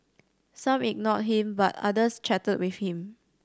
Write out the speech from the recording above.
some ignored him but others chatted with him